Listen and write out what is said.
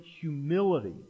humility